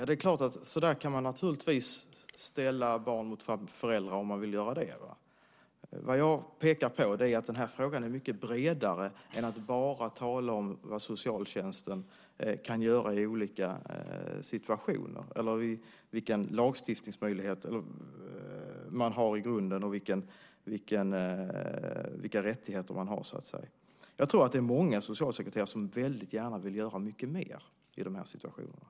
Herr talman! Så kan man naturligtvis ställa barn mot föräldrar, om man vill göra det. Vad jag pekar på är att den här frågan är mycket bredare. Man kan inte bara tala om vad socialtjänsten kan göra i olika situationer, vilka lagstiftningsmöjligheter och rättigheter man har. Jag tror att det är många socialsekreterare som väldigt gärna vill göra mycket mer i de här situationerna.